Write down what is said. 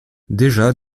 déjà